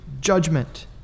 judgment